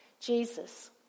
Jesus